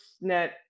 net